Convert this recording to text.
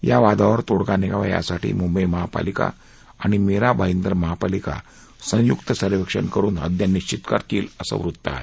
या वादावर तोडगा निघावा यासाठी मुंबई महापालिका आणि मिरा भाईदर महापालिका संयुक्त सर्वेक्षण करून हद्द निश्वित करतील असं वृत्त आहे